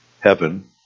heaven